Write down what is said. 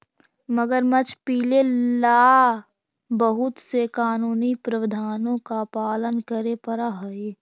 मगरमच्छ पीले ला बहुत से कानूनी प्रावधानों का पालन करे पडा हई